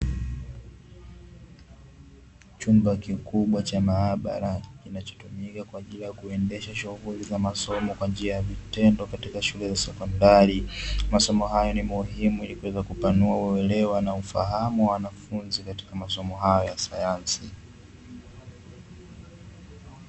Chumba kikubwa cha maabara kinachotumika kwa ajili ya kuendesha shughuli za masomo kwa njia ya vitendo katika shule za sekondari. Masomo hayo ni muhimu ili kuweza kupanua uelewa na ufahamu wa wanafunzi katika masomo hayo ya sayansi.